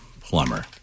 plumber